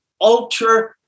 ultra